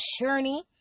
journey